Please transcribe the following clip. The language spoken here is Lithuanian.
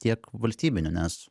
tiek valstybinių nes